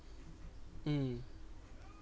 mm